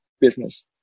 business